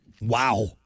Wow